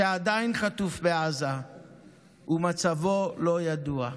שעדיין חטוף בעזה ומצבו לא ידוע.